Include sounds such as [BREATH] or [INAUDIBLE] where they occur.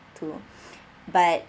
to [BREATH] but